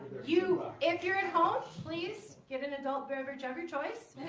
you if you're at home please give an adult beverage of your choice